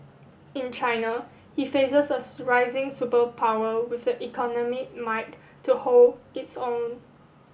in China he faces a superpower with the economic might to hold its own